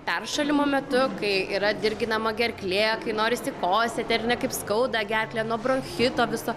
peršalimo metu kai yra dirginama gerklė kai norisi kosėti ar ne kaip skauda gerklę nuo bronchito viso